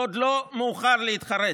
עוד לא מאוחר להתחרט.